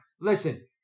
Listen